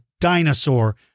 dinosaur